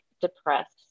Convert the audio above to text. depressed